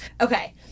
okay